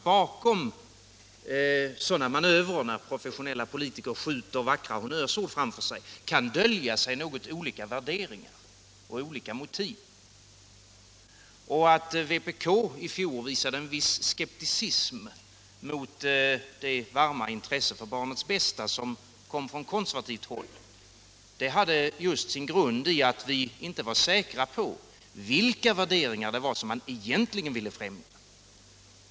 Bakom sådana manövrer kan dölja sig något olika värderingar och olika motiv. Att vpk i fjol visade en viss skepsis till det varma intresset för barnets bästa från konservativt håll hade sin grund just i att vi inte var säkra på vilka värderingar det var som man egentligen ville främja.